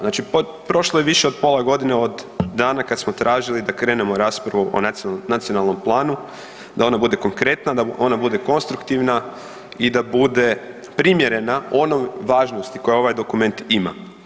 Znači prošlo je više od pola godine od dana kad smo tražili da krenemo raspravu o nacionalnom planu da ona bude konkretna, da ona bude konstruktivna i da bude primjerena onoj važnosti koju ovaj dokument ima.